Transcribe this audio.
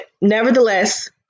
nevertheless